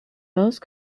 most